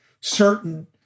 certain